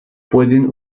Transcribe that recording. pueden